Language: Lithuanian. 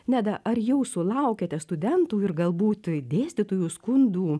neda ar jau sulaukėte studentų ir galbūt dėstytojų skundų